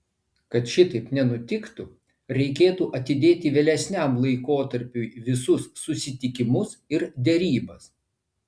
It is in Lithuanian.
kad šitaip nenutiktų reikėtų atidėti vėlesniam laikotarpiui visus susitikimus ir derybas